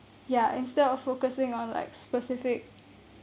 ya instead of focusing on like specific